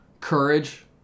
courage